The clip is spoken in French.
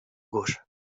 gauche